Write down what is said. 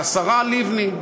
השרה לבני.